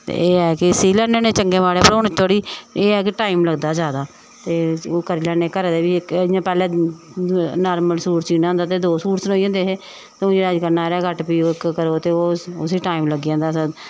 ते एह् ऐ कि सी लैन्ने आं चंगे माड़े पर हून एह् ऐ कि टाइम लगदा ऐ जादा ते ओह् करी लैन्ने घऱेरै दा बी इ'यां पैह्लें नार्मल सूट सीना होंदा हा तां दो सूट सनोई जंदे हे ते हून जेह्ड़ा नायरा कट फ्ही ओह् करो ते उसी टाइम लग्गी जंदा ऐ